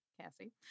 Cassie